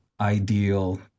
ideal